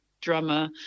drummer